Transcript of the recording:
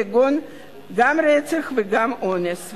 כגון רצח ואונס.